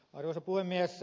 arvoisa puhemies